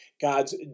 God's